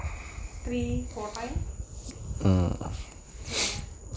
three four time ya